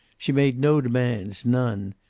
she made no demands, none.